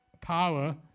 power